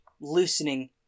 loosening